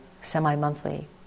semi-monthly